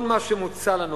כל מה שמוצע לנו